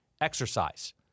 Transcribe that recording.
exercise